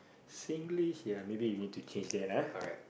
Singlish ya maybe we need to change that ah